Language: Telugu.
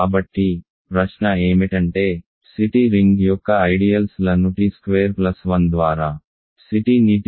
కాబట్టి ప్రశ్న ఏమిటంటే C t రింగ్ యొక్క ఐడియల్స్ ల ను t స్క్వేర్ ప్లస్ 1 ద్వారా C tని t స్క్వేర్ ప్లస్ 1 ద్వారా భాగించడం